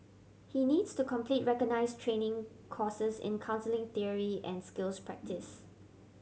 he needs to complete recognise training courses in counselling theory and skills practice